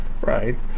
Right